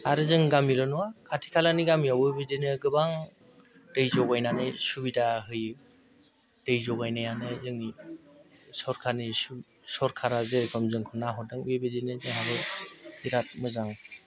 आरो जोंनि गामिल' नङा खाथि खालानि गामियावबो बिदिनो गोबां दै जगायनानै सुबिदा होयो दै जगायनायानो जोंनि सरकारनि सरकारा जेरखम जोंखौ नाहरदों बेबायदिनो जोंहाबो बिरात मोजां